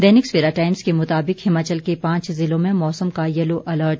दैनिक Savera times के मुताबिक हिमाचल के पांच जिलों में मौसम का येलो अलर्ट